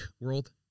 world